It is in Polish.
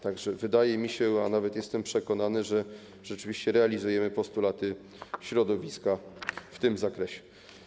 Tak że wydaje mi się, a nawet jestem przekonany, że rzeczywiście realizujemy postulaty środowiska w tym zakresie.